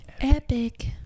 Epic